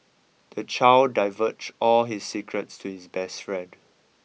the child divulged all his secrets to his best friend